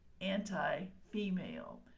anti-female